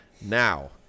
Now